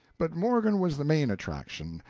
but morgan was the main attraction,